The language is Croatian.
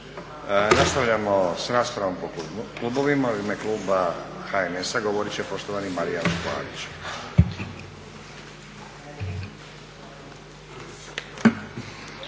Nastavljamo sa raspravom po klubovima. U ime kluba HNS-a govorit će poštovani Marijan Škvarić.